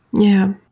yeah.